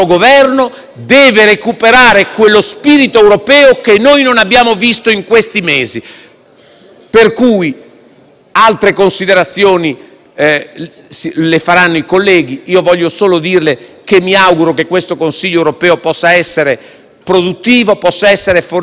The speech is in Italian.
mesi. Altre considerazioni le faranno i colleghi. Io voglio solo dirle che mi auguro che questo Consiglio europeo possa essere produttivo e foriero di risultati positivi. Voglio esprimere un auspicio anche rispetto al Regno Unito: